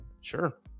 sure